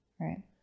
right